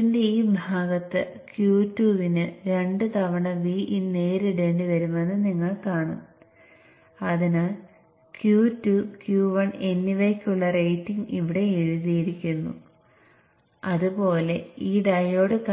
Vin ആണ്